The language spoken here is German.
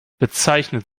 bezeichnet